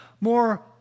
more